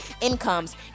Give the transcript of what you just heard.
incomes